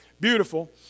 Beautiful